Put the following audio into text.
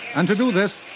and to do this,